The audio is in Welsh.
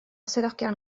swyddogion